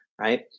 Right